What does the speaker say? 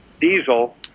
diesel